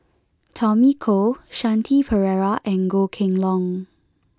Tommy Koh Shanti Pereira and Goh Kheng Long